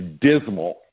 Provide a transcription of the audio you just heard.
dismal